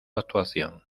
actuación